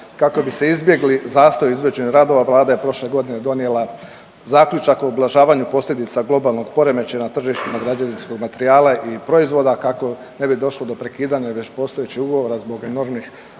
kako bi se izbjegli zastoji u izvođenju radova, Vlada je prošle godine donijela zaključak o ublažavanju posljedica globalnog poremećaja na tržištima građevinskog materijala i proizvoda kako ne bi došlo do prekidanja već postojećih ugovora zbog enormnih